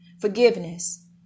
forgiveness